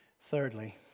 Thirdly